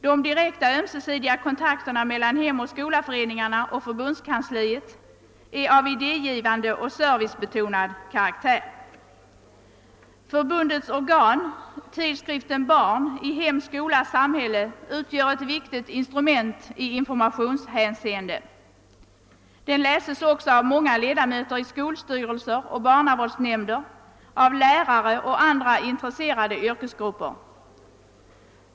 De direkta ömsesidiga kontakterna mellan Hemoch Skola-föreningarna och förbundskansliet är av idégivande och servicebetonad karaktär. Förbundets organ, tidskriften Barn i hem-skola-samhälle, utgör ett viktigt instrument i informationshänseende. Den läses också av många ledamöter i skolstyrelser och barnavårdsnämnder, av lärare och andra intresserade yrkesgrupper.